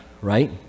right